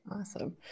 Awesome